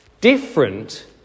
different